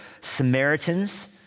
Samaritans